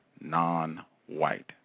non-white